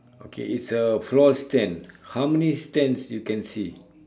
okay is a floor stand how many stands you can see